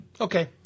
Okay